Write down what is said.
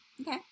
Okay